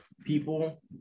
people